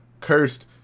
cursed